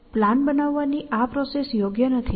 અને પ્લાન બનાવવાની આ પ્રોસેસ યોગ્ય નથી